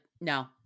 no